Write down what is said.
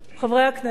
חברי הכנסת,